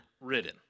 ridden